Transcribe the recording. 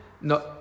No